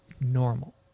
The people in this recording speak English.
normal